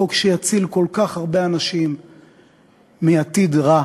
חוק שיציל כל כך הרבה אנשים מעתיד רע